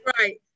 right